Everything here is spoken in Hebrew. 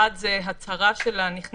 האחד זה הצהרה של הנכנס,